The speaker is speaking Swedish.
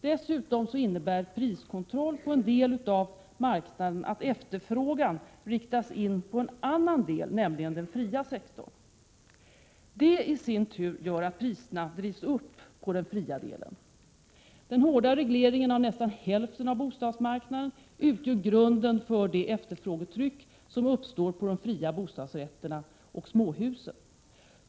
Dessutom innebär priskontroll på en del av marknaden att efterfrågan riktas in på en annan del, nämligen den fria sektorn. Detta i sin tur gör att priserna drivs upp på den fria delen. Den hårda regleringen av nästan hälften av bostadsmarknaden utgör grunden för det efterfrågetryck som uppstår för de fria bostadsrätterna och småhusen.